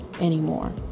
anymore